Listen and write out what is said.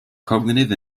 cognitive